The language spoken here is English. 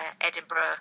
Edinburgh